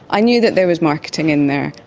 i knew that there was marketing in there,